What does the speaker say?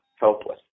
helpless